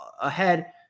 ahead